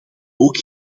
ook